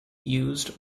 used